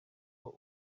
ngo